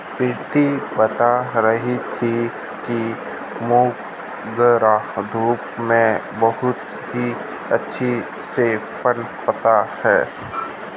प्रीति बता रही थी कि मोगरा धूप में बहुत ही अच्छे से पनपता है